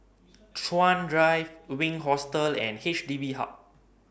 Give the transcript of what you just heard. Chuan Drive Wink Hostel and H D B Hub